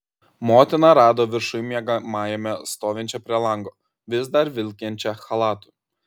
motiną rado viršuj miegamajame stovinčią prie lango vis dar vilkinčią chalatu